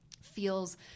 feels